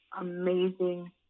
amazing